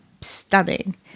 stunning